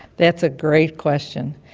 that's a great question,